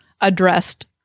addressed